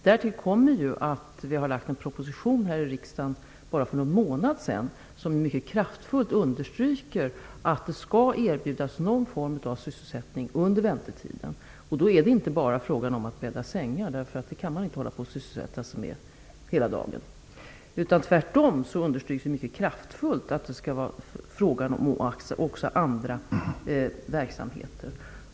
Därtill kommer att regeringen lade fram en proposition här i riksdagen bara för någon månad sedan som mycket kraftfullt understryker att det skall erbjudas någon form av sysselsättning under väntetiden. Då är det inte bara fråga om att bädda sängar, för det kan man inte sysselsätta sig med hela dagen. Tvärtom understryks det mycket kraftfullt att det också skall vara fråga om andra verksamheter.